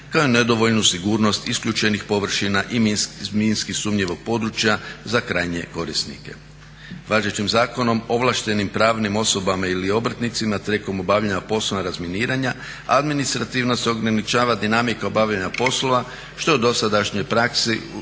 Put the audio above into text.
kao nedovoljnu sigurnost isključenih površina iz minski sumnjivog područja za krajnje korisnike. Važećim zakonom, ovlaštenim pravnim osobama ili obrtnicima tijekom obavljanja poslova razminiranja administrativno se ograničava dinamika obavljanja poslova što je u dosadašnjoj praksi usporavalo